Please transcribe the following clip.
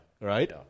right